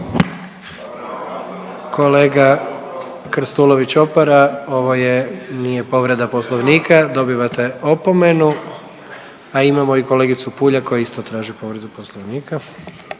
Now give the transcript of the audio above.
Kolega Krstulović Opara ovo je, nije povreda Poslovnika dobivate opomenu, a imamo i kolegicu Puljak koja isto traži povredu Poslovnika.